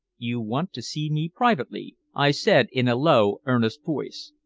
you want to see me privately, i said in a low, earnest voice.